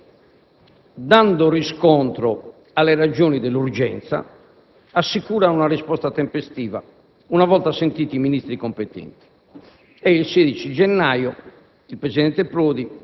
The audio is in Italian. Il Presidente del Consiglio, dando riscontro alle ragioni dell'urgenza, assicura una risposta tempestiva, una volta sentiti i Ministri competenti.